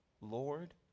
Lord